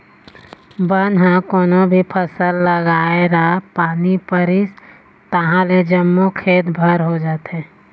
बन ह कोनो भी फसल लगाए र पानी परिस तहाँले जम्मो खेत भर हो जाथे